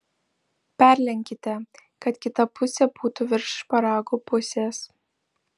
perlenkite kad kita pusė būtų virš šparagų pusės